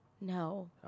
No